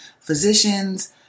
physicians